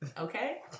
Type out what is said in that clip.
Okay